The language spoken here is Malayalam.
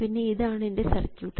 പിന്നെ ഇതാണ് എൻറെ സർക്യൂട്ട്